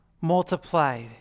multiplied